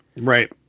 Right